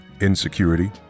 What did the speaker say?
insecurity